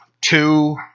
two